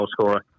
goalscorer